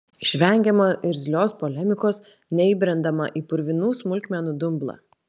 išvengiama irzlios polemikos neįbrendama į purvinų smulkmenų dumblą